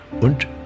und